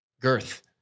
Girth